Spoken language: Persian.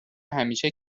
همیشه